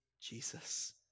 Jesus